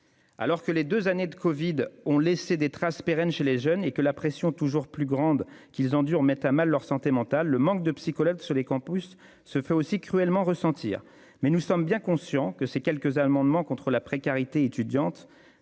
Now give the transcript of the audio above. Alors que les deux années de covid-19 ont laissé des traces pérennes chez les jeunes et que la pression toujours plus grande à laquelle ils sont soumis met à mal leur santé mentale, le manque de psychologues sur les campus se fait aussi cruellement sentir. Nous sommes toutefois bien conscients que ces quelques amendements visant à lutter contre la précarité étudiante,